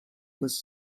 was